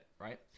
right